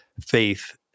faith